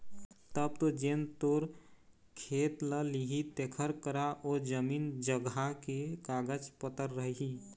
तब तो जेन तोर खेत ल लिही तेखर करा ओ जमीन जघा के कागज पतर रही